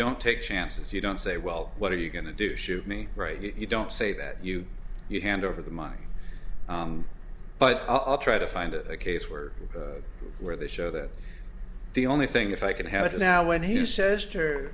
don't take chances you don't say well what are you going to do shoot me right you don't say that you you hand over the money but i'll try to find a case where where they show that the only thing if i can have it now when he says